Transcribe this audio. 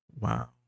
Wow